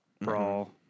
brawl